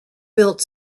built